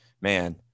man